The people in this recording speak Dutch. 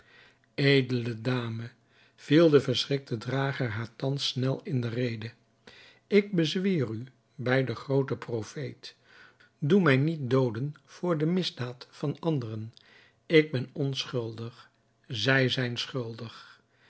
edele dame viel de verschrikte drager haar thans snel in de rede ik bezweer u bij den grooten profeet doe mij niet dooden voor de misdaad van anderen ik ben onschuldig zij zijn schuldig